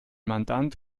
mandant